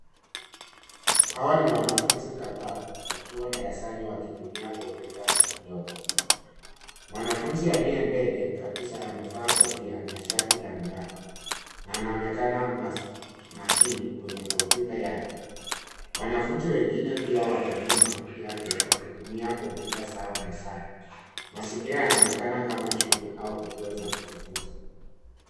Hawa ni wanafunzi kadhaa wakiwa darasani wakitumia komputa ndogo. Mwanafunzi aliye mbele kabisa amevaa kofia na shati la miraba na anaonekana makini kwenye komputa yake. Wanafunzi wengine pia wako nyuma yake wakitumia komputa zao mezani. Mazingira yanaonekana kama shule au kituo cha kujifunza.